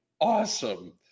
awesome